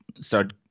start